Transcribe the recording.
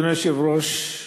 אדוני היושב-ראש,